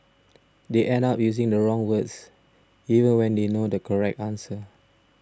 they end up using the wrong words even when they know the correct answer